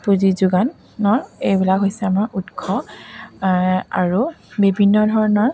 পুঁজি যোগানৰ এইবিলাক হৈছে আমাৰ উৎস আৰু বিভিন্ন ধৰণৰ